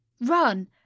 Run